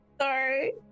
Sorry